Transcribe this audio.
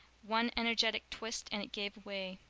one energetic twist and it gave way.